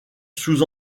sous